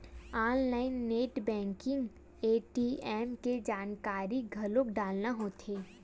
online net banking ATM के जानकारी घलो डारना होथे